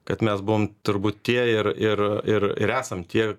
kad mes buvom turbūt tie ir ir ir ir esam tie